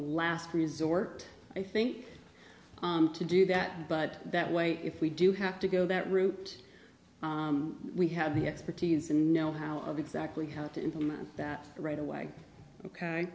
last resort i think to do that but that way if we do have to go that route we have the expertise and know how of exactly how to implement that right away ok